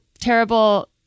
terrible